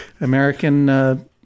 American